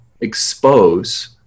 expose